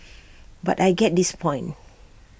but I get his point